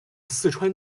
四川